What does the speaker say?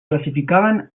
classificaven